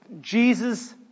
Jesus